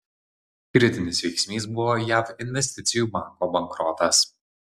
kritinis veiksnys buvo jav investicijų banko bankrotas